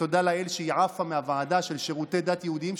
ותודה לאל שהיא עפה מהוועדה של שירותי דת יהודיים.